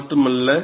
இது மட்டுமல்ல